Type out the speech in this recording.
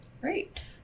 Great